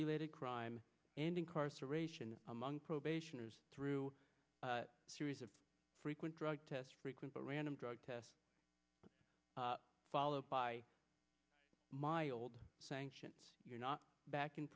related crime and incarceration among probationers through a series of frequent drug tests frequent random drug tests followed by my old sanctions you're not back in